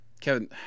Kevin